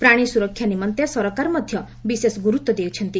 ପ୍ରାଶୀ ସୁରକ୍ଷା ନିମନ୍ତେ ସରକାର ମଧ ବିଶେଷ ଗୁରୁତ୍ ଦେଇଛନ୍ତି